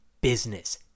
business